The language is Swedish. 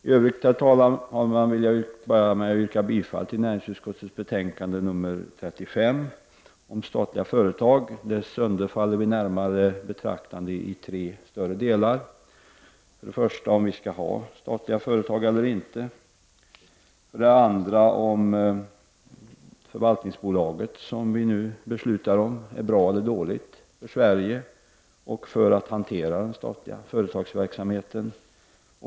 I övrigt, herr talman, yrkar jag bifall till näringsutskottets hemställan i betänkande 35 om statliga företag. Deras sönderfall vill vi betrakta i tre större delar. För det första: Skall vi ha statliga företag eller inte? För det andra: Är det förvaltningsbolag som vi kommer att besluta om bra eller dåligt för Sverige och när det gäller att hantera de statliga företagens verksamhet?